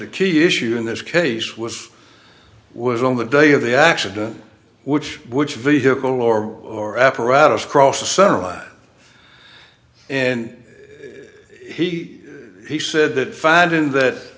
a key issue in this case was was on the day of the accident which which vehicle or or apparatus crosses sunrise and he he said that finding that